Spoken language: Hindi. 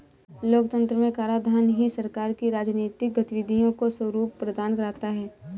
लोकतंत्र में कराधान ही सरकार की राजनीतिक गतिविधियों को स्वरूप प्रदान करता है